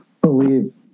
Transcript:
believe